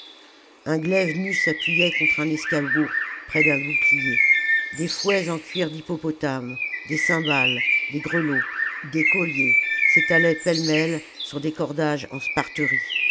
un glaive nu s'appuyait contre un escabeau près d'un bouclier des fouets en cuir d'hippopotame des cymbales des grelots des colliers s'étalaient pêle-mêle sur des cordages en